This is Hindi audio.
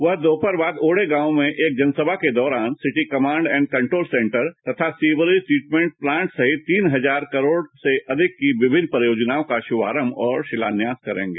वहां दोपहर बाद ओडेगांव में एक जनसभा के दौरान city command and control centre sewerage treatment plant सहित तीन हजार करोड़ से अधिक विभिन्न परियोजनाओं का शुभारम्भ एवं शिलान्यास करेंगे